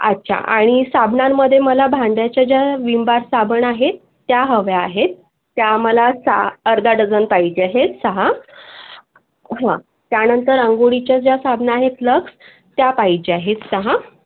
अच्छा आणि साबणांमध्ये मला भांड्याच्या जे विम बार साबण आहेत ते हव्या आहेत ते मला सा अर्धा डझन पाहिजे आहेत सहा हां त्यानंतर आंघोळीचे जे साबण आहेत लक्स ते पाहिजे आहेत सहा